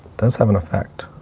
does have an effect.